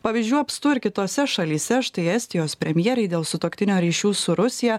pavyzdžių apstu ir kitose šalyse štai estijos premjerei dėl sutuoktinio ryšių su rusija